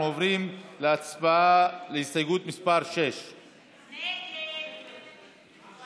אנחנו עוברים להצבעה על הסתייגות מס' 6. ההסתייגות